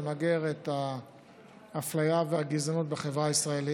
למגר את האפליה והגזענות בחברה הישראלית.